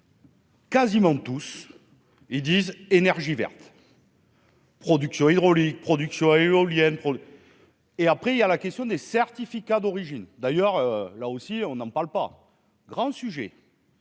Quasiment tous, ils disent énergie verte. Production hydraulique, production à éoliennes et après il y a la question des certificats d'origine. D'ailleurs, là aussi, on en parle pas grand sujet.